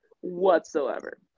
whatsoever